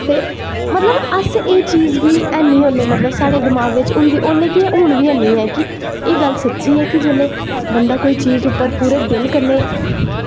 ते मतलव अस एह् चीज़ गी ऐनी उसले दमाक बिच्च उसले के हून बी नी है कि एह् चीज़ सच्ची ऐ कि जिसले कोई चीज उप्पर पूरे दिल कन्नै